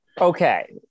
okay